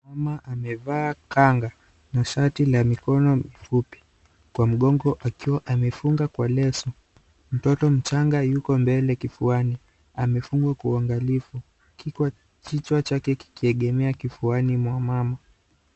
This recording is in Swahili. Mama amevaa kanga na shati la mikono mifupi kwa mgongo akiwa amefunga kwa leso. Mtoto mchanga yuko mbele kifuani amefungwa kwa uangalifu kichwa chake kikiegemea kifuani mwa mama.